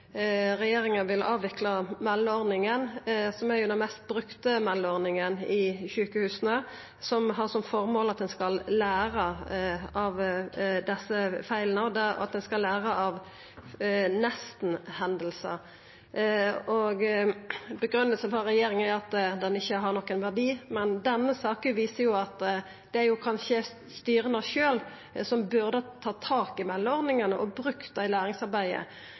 regjeringa vil avvikla meldeordninga, som er den mest brukte meldeordninga i sjukehusa, og som har som føremål at ein skal læra av desse feila, og at ein skal læra av nesten-hendingar. Grunngivinga frå regjeringa er at ordninga ikkje har nokon verdi, men denne saka viser at det kanskje er styra sjølve som burde ha tatt tak i meldeordninga og brukt det i læringsarbeidet.